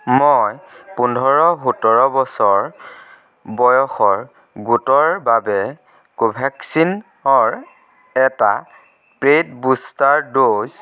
মই পোন্ধৰ সোতৰ বছৰ বয়সৰ গোটৰ বাবে কোভেক্সিনৰ এটা পে'ইড বুষ্টাৰ ড'জ